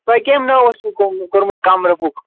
تۄہہِ کَمہِ ناوٕ اوس سُہ کوٚرمُت کوٚرمُت کَمرٕ بُک